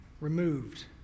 removed